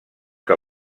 que